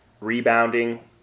rebounding